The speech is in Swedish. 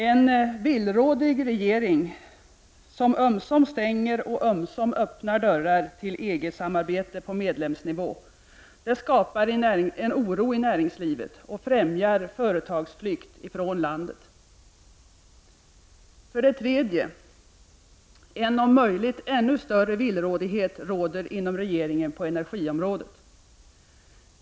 En villrådig regering, som ömsom stänger och ömsom öppnar dörrar till EG-samarbete på medlemsnivå, skapar oro i näringslivet och främjar företagsflykt från landet. För det tredje råder en om möjligt ännu större villrådighet inom regeringen på energiområdet.